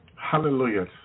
Hallelujah